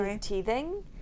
teething